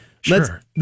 Sure